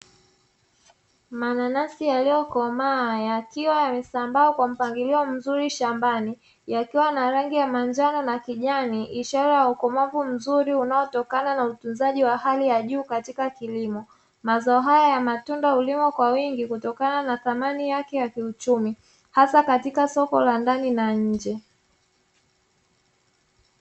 Mananasi yaliyokomaa yakiwa yamesambaa kwa mpangilio mzuri shambani yakiwa na rangi ya manjano na kijani ishara ya ukomavu mzuri unaotokana na utunzaji wa hali ya juu katika kilimo, mazao haya ya matunda hulimwa kwa wingi kutokana na thamani yake ya kiuchumi hasa katika soko la ndani na nje.